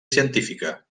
científica